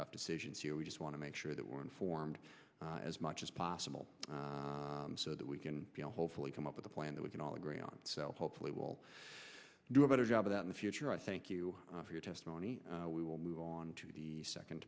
tough decisions you know we just want to make sure that we're informed as much as possible so that we can hopefully come up with a plan that we can all agree on so hopefully we'll do a better job of that in the future i thank you for your testimony we will move on to the second